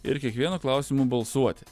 ir kiekvienu klausimu balsuoti